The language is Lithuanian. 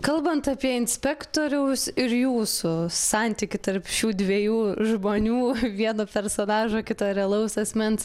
kalbant apie inspektoriaus ir jūsų santykį tarp šių dviejų žmonių vieno personažo kito realaus asmens